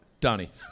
Donnie